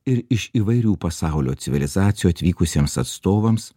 ir iš įvairių pasaulio civilizacijų atvykusiems atstovams